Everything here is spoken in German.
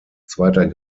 zweiter